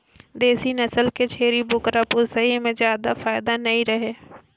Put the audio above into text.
देसी नसल के छेरी बोकरा पोसई में जादा फायदा नइ रहें